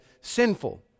sinful